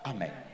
Amen